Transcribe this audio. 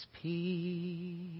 peace